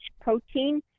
protein